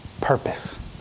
purpose